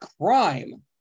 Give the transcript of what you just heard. crime